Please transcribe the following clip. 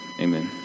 amen